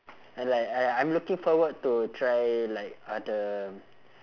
and like I I'm looking forward to try like other